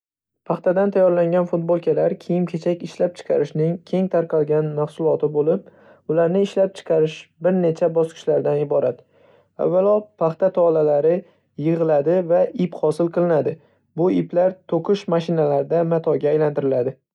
Paxtadan tayyorlangan futbolkalar kiyim-kechak ishlab chiqarishning keng tarqalgan mahsuloti bo‘lib, ularni ishlab chiqarish bir necha bosqichlardan iborat Avvalo paxta tolalari yig'iriladi va ip hosil qilinadi. Bu iplar to‘qish mashinalarida matoga aylantiriladi.